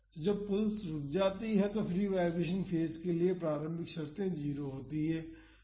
तो जब पल्स रुक जाती है तो फ्री वाईब्रेशन फेज के लिए प्रारंभिक शर्तें 0 होती हैं